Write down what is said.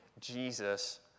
Jesus